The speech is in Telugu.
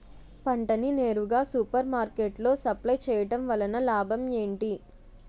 పంట ని నేరుగా సూపర్ మార్కెట్ లో సప్లై చేయటం వలన లాభం ఏంటి?